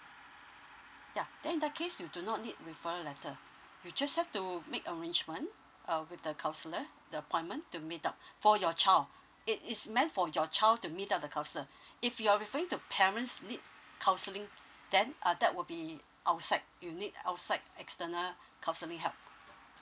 yeah then in that case you do not need referral letter you just have to make arrangement uh with a counsellor the appointment to meet up for your child it is meant for your child to meet up the counsellor if you're referring to parents need counselling then uh that will be outside you need outside external counselling help